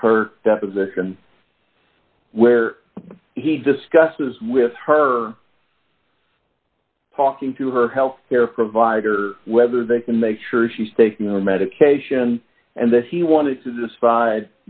of her deposition where he discusses with her talking to her health care providers whether they can make sure she's taking your medication and that he wanted to decide